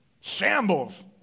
Shambles